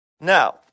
Now